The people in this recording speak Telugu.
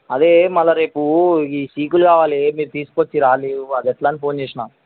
అదే మళ్ళా రేపు ఈ చీకులు కావాలి మీరు తీసుకొచ్చిర్రా లేవు అది ఎట్లా అని ఫోన్ చేసిన